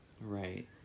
Right